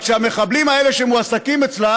רק שהמחבלים האלה שמועסקים אצלה,